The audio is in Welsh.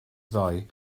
ddoe